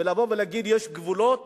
לבוא ולהגיד: יש גבולות